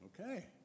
Okay